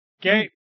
okay